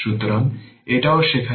সুতরাং এটিও সেখানে নেই